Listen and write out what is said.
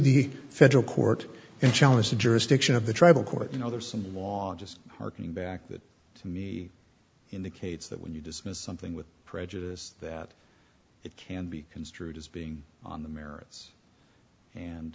the federal court and challenge the jurisdiction of the tribal court and others and law just harking back to the indicates that when you dismiss something with prejudice that it can be construed as being on the merits and